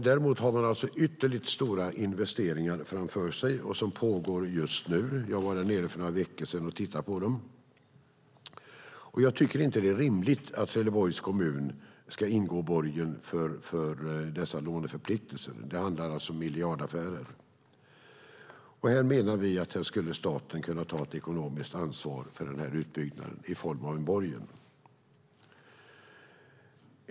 Däremot har man ytterligt stora investeringar framför sig, och de pågår just nu. Jag var där nere för några veckor sedan och tittade på dem. Jag tycker inte att det är rimligt att Trelleborgs kommun ska gå i borgen för dessa låneförpliktelser. Det handlar alltså om miljardaffärer. Här menar vi att staten skulle kunna ta ett ekonomiskt ansvar för denna utbyggnad i form av en borgen.